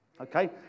okay